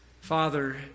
Father